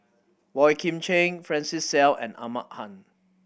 Boey Kim Cheng Francis Seow and Ahmad Khan